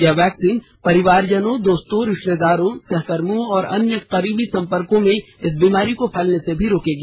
यह वैक्सीन परिवारजनों दोस्तों रिश्तेदारों सहकर्मियों और अन्य करीबी संपर्कों में इस बीमारी को फैलने से भी रोकेगी